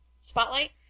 Spotlight